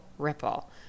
ripple